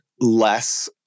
less